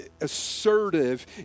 assertive